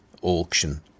auction